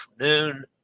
noon